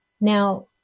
Now